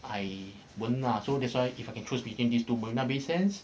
I won't lah so that's why if I can choose between these two marina bay sands